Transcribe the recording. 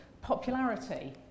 popularity